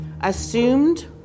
assumed